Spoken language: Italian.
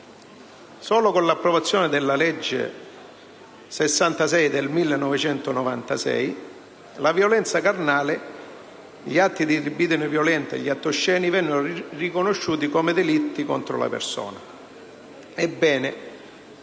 solo con l'approvazione della legge n. 66 del 1996 la violenza carnale, gli atti di libidine violenti e gli atti osceni vennero riconosciuti come delitti contro la persona.